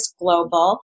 Global